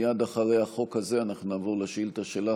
מייד אחרי החוק הזה אנחנו נעבור לשאילתה שלך.